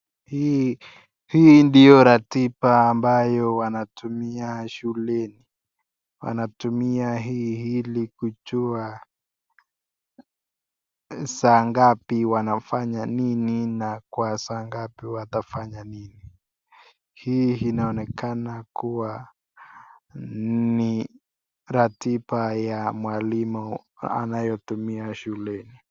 Hii ndio ratiba ambayo wanatumia shule . Wanatumia hii hili kujua saa gapi wanaofanya nini na kwa saa gapi . Hii inaonekana kuwa ni ratiba ya mwalimu anayo tumia shuleni.